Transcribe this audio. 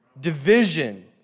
division